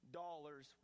dollars